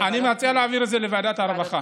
אני מציע להעביר את זה לוועדת הרווחה.